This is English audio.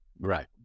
Right